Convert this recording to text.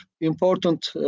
important